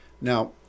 Now